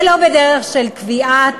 ולא בדרך של קביעת